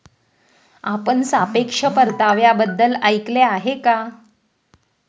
आपण सापेक्ष परताव्याबद्दल ऐकले आहे का?